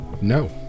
No